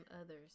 others